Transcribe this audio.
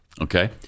okay